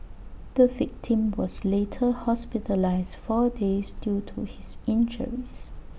the victim was later hospitalised four days due to his injuries